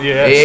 Yes